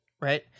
right